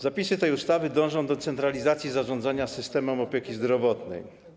Zapisy tej ustawy dążą do centralizacji zarządzania systemem opieki zdrowotnej.